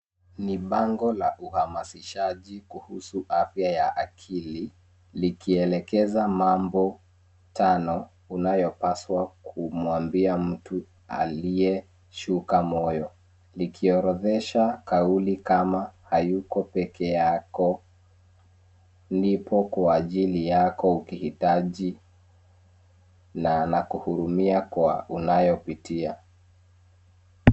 Ni bango la uhamazishaji kuhusu afya ya akili, likielekeza mambo tano unayopasua kumwambia mtu aliyeshuka moyo, likiorodhesha kauli kama, hayuko pekee yako, nipo kwa ajili yako ukihitaji na nakuhurumia kwa unayopitia.